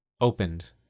opened